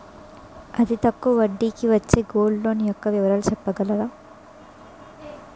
అతి తక్కువ వడ్డీ కి వచ్చే గోల్డ్ లోన్ యెక్క వివరాలు చెప్పగలరా?